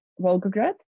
Volgograd